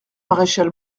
maréchal